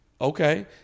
Okay